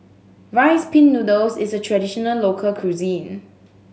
Rice Pin Noodles is a traditional local cuisine